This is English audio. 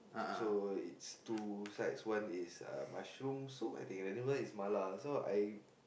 so it's two sides one is ah mushroom soup I think the other is mala so I